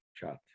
chat